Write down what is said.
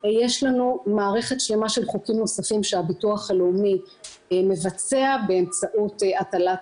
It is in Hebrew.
יש לנו מערכת שלמה של חוקים נוספים שהביטוח הלאומי מבצע באמצעות הטלת